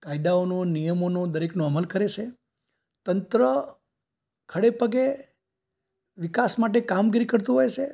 કાયદાઓનું નિયમોનું દરેકનું અમલ કરે છે તંત્ર ખડેપગે વિકાસ માટે કામગીરી કરતું હોય છે